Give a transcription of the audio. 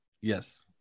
Yes